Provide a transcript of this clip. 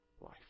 life